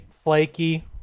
flaky